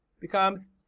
becomes